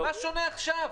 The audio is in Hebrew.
מה שונה עכשיו?